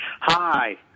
Hi